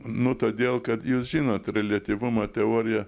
nu todėl kad jūs žinot reliatyvumo teorija